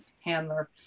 handler